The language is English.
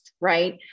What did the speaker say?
right